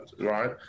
right